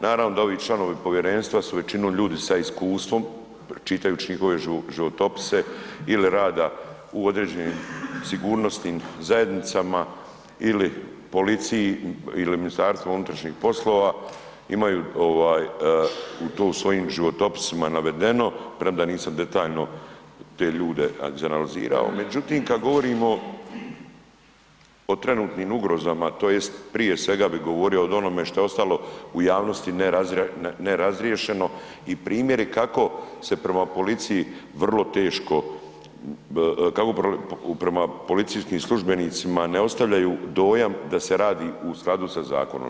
Naravno da ovi članovi povjerenstva su većinom ljudi s iskustvom, čitajući njihove životopise ili rada u određenim sigurnosnim zajednicama ili policiji ili MUP-u, imaju u tom svojim životopisima navedeno, premda nisam detaljno te ljude analizirao, međutim, kad govorimo o trenutnim ugrozama, tj. prije svega bi govorio o onome što je ostalo u javnosti nerazriješeno i primjeri kako se prema policiji vrlo teško, kako prema policijskim službenicima ne ostavljaju dojam da se radi u skladu sa zakonom.